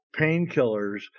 painkillers